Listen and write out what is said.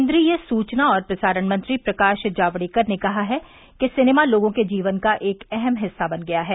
केंद्रीय सूचना और प्रसारण मंत्री प्रकाश जावड़ेकर ने कहा है कि सिनेमा लोगों के जीवन का एक अहम हिस्सा बन गया है